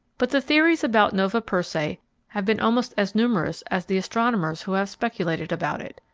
but the theories about nova persei have been almost as numerous as the astronomers who have speculated about it.